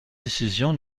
décision